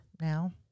now